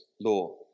law